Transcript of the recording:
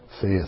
faith